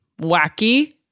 wacky